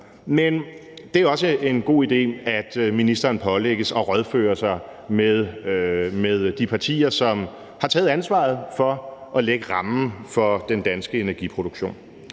Men det er også en god idé, at ministeren pålægges at rådføre sig med de partier, som har taget ansvaret for at lægge rammen for den danske energiproduktion.